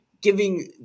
giving